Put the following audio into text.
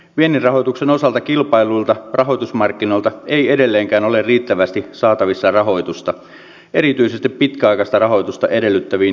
viennin rahoituksen osalta kilpailluilta rahoitusmarkkinoilta ei edelleenkään ole riittävästi saatavissa rahoitusta erityisesti pitkäaikaista rahoitusta edellyttäviin vientihankkeisiin